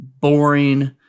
boring